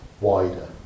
wider